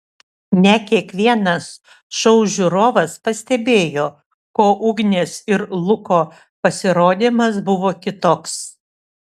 ne kiekvienas šou žiūrovas pastebėjo kuo ugnės ir luko pasirodymas buvo kitoks